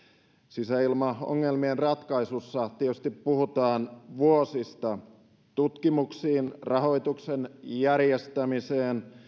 sisäilmaongelmien ratkaisussa tietysti puhutaan vuosista tutkimuksiin rahoituksen järjestämiseen